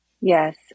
Yes